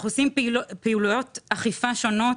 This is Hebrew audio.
אנחנו עושים פעילויות אכיפה שונות